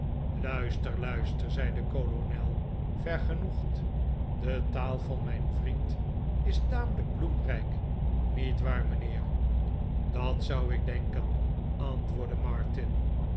luister luister zei de kolonel vergenoegd de taal van mijn vriend is tamelijk bloemrijk niet waar mijnheer dat zou ik denken antwoordde martin